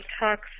talks